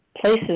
places